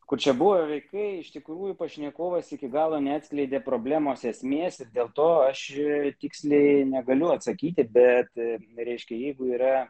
kurie buvo vaikai iš tikrųjų pašnekovas iki galo neatskleidė problemos esmės ir dėl to aš žiūrėjau ir tiksliai negaliu atsakyti bet reiškia jeigu yra